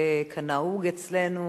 וכנהוג אצלנו,